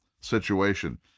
situation